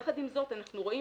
יחד עם זאת אנחנו רואים